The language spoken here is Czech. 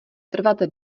trvat